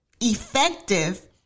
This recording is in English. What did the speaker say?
effective